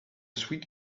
sweet